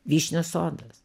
vyšnių sodas